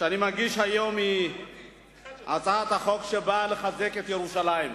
שאני מגיש היום היא הצעת חוק שבאה לחזק את ירושלים.